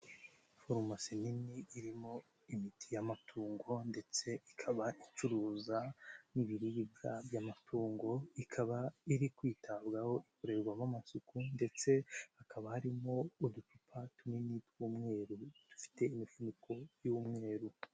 Farumasi nini irimo imiti y'amatungo ndetse ikaba icuruza n'ibiribwa by'amatungo, ikaba iri kwitabwaho ikorerwamo amasuku ndetse hakaba harimo udupupa tunini tw'umweru dufite imifuniko y'umweru.